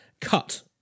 cut